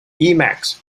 emacs